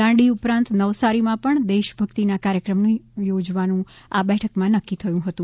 દાંડી ઉપરાંત નવસારી માં પણ દેશ ભક્તિના કાર્યક્રમ યોજવાનું આ બેઠકમાં નક્કી થયું હતું